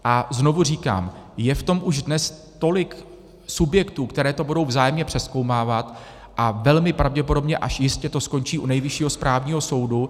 A znovu říkám, je v tom už dnes tolik subjektů, které to budou vzájemně přezkoumávat, a velmi pravděpodobně až jistě to skončí u Nejvyššího správního soudu.